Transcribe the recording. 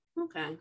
Okay